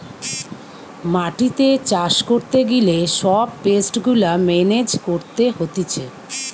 মাটিতে চাষ করতে গিলে সব পেস্ট গুলা মেনেজ করতে হতিছে